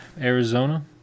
Arizona